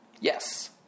Yes